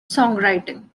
songwriting